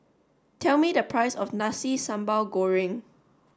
tell me the price of Nasi Sambal Goreng